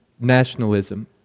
nationalism